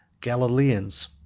Galileans